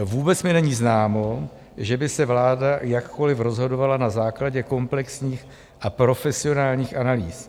Vůbec mi není známo, že by se vláda jakkoli rozhodovala na základě komplexních a profesionálních analýz.